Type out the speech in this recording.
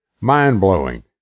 Mind-blowing